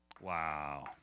Wow